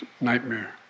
nightmare